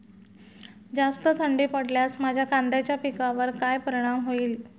जास्त थंडी पडल्यास माझ्या कांद्याच्या पिकावर काय परिणाम होईल?